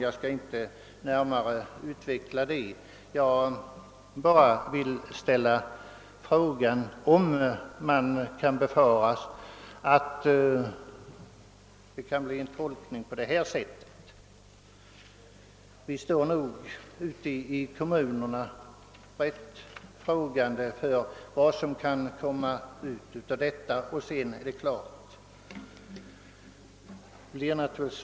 Jag skall inte närmare utveckla detta utan vill ställa frågan, om vi kan befara en sådan tolkning. Ute i kommunerna står man nog ganska undrande inför dessa saker.